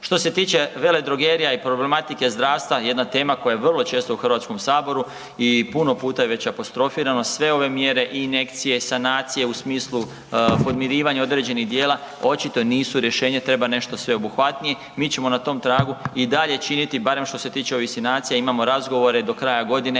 Što se tiče veledrogrija i problematike zdravstva, jedna tema koja je vrlo često u HS i puno puta je već apostrofirano. Sve ove mjere i injekcije, sanacije u smislu podmirivanja određenih dijela očito nisu rješenje, treba nešto sveobuhvatnije. Mi ćemo na tom tragu i dalje činiti barem što se tiče ovih sinacija, imamo razgovore do kraja godine,